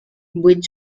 vuit